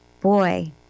boy